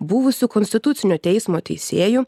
buvusiu konstitucinio teismo teisėju